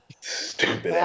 Stupid